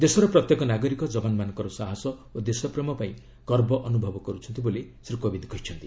ଦେଶର ପ୍ରତ୍ୟେକ ନାଗରିକ ଯବାନମାନଙ୍କର ସାହସ ଓ ଦେଶ ପ୍ରେମ ପାଇଁ ଗର୍ବ ଅନୁଭବ କରୁଛନ୍ତି ବୋଲି ଶ୍ରୀ କୋବିନ୍ଦ କହିଛନ୍ତି